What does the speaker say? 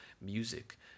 music